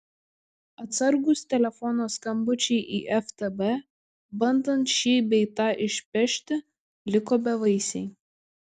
atsargūs telefono skambučiai į ftb bandant šį bei tą išpešti liko bevaisiai